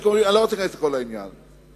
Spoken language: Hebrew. אני לא רוצה להיכנס לכל העניין הזה.